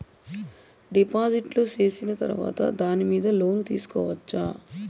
డిపాజిట్లు సేసిన తర్వాత దాని మీద లోను తీసుకోవచ్చా?